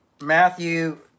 Matthew